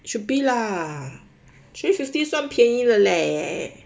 should be lah three fifty 算便宜了 leh